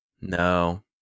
no